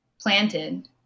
planted